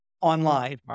online